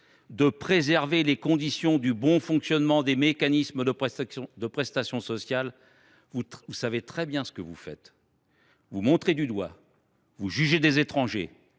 de « préserver les conditions de bon fonctionnement des mécanismes des prestations sociales », vous savez très bien ce que vous faites : vous montrez du doigt, vous jugez des étrangers,